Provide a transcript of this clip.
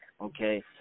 okay